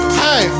hey